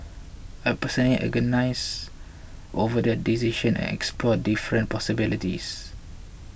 I personally agonised over the decision and explored different possibilities